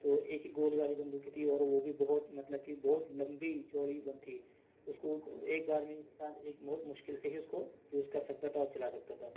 تو ایک ہی گول والی بندوقیں تھیں اور وہ بھی بہت مطلب کہ بہت لمبی چوڑی تھی اس کو ایک بار میں انسان ایک بہت مشکل سے ہی اس کو یوز کر سکتا تھا اور چلا سکتا تھا